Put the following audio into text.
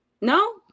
No